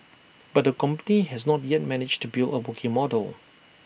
but the company has not yet managed to build A working model